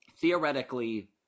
Theoretically